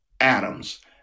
Adams